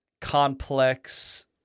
complex